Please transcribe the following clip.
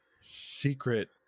secret